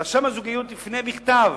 רשם הזוגיות יפנה בכתב